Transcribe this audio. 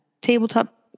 tabletop